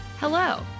Hello